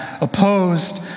opposed